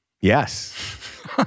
Yes